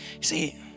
See